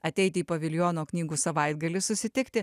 ateiti į paviljono knygų savaitgalį susitikti